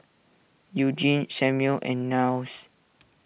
Eugenie Samual and Niles